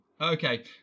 Okay